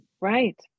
Right